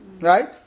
Right